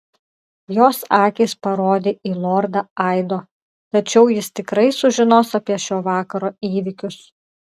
jos akys parodė į lordą aido tačiau jis tikrai sužinos apie šio vakaro įvykius